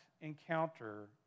encounter